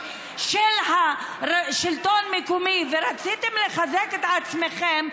של השלטון המקומי ורציתם לחזק את עצמכם,